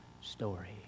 story